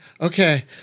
Okay